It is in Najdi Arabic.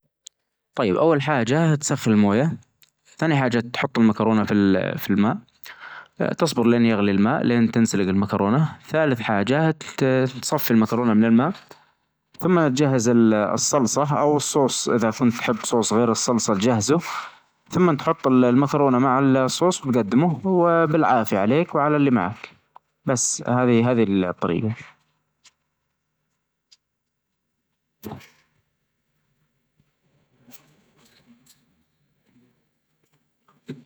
رغم إنه كان يشوف كل شيء في الليل، إلا أنه كان يهرب من الزوايا المظلمة ويخاف يختفي فيها. قرر الشبح في يوم من الأيام إنه يواجه خوفه، ودخل أعمق مكان في الظلام وبمجرد ما دخل، اكتشف إنه كان مجرد وهم، وأنه قادر يظيء المكان بنور جلبه.